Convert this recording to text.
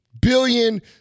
billion